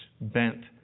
bent